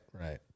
right